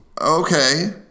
Okay